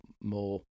more